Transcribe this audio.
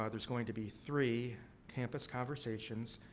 ah there's going to be three campus conversations.